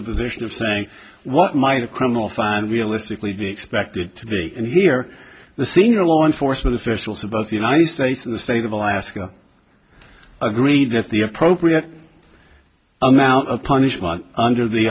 the position of saying what might a criminal find realistically be expected to be here the senior law enforcement officials above the united states in the state of alaska agree that the appropriate amount of punishment under the